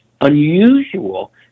unusual